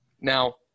Now